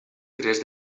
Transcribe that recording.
tres